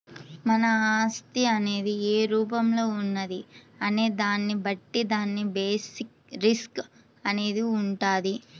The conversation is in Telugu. మన ఆస్తి అనేది ఏ రూపంలో ఉన్నది అనే దాన్ని బట్టి దాని బేసిస్ రిస్క్ అనేది వుంటది